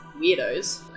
Weirdos